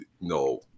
no